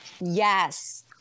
Yes